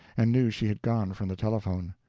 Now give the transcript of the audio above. and knew she had gone from the telephone.